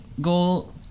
goal